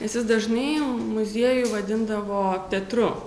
nes jis dažnai muziejų vadindavo teatru